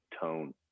tone